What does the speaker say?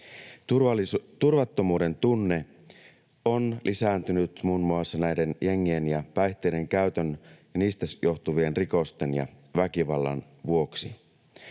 Turvattomuuden tunne on lisääntynyt muun muassa näiden jengien ja päihteiden käytön ja niistä johtuvien rikosten ja väkivallan vuoksi,